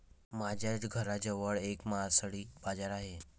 माझ्या घराजवळ एक मासळी बाजार आहे